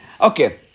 Okay